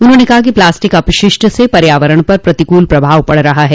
उन्होंने कहा कि प्लास्टिक अपशिष्ट से पर्यावरण पर प्रतिकूल प्रभाव पड़ रहा है